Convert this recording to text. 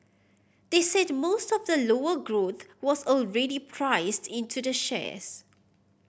they said most of the lower growth was already priced into the shares